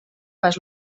pas